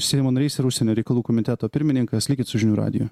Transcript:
seimo narys ir užsienio reikalų komiteto pirmininkas likit su žinių radiju